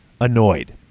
annoyed